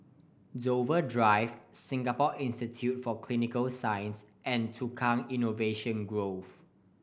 Dover Drive Singapore Institute for Clinical Sciences and Tukang Innovation Grove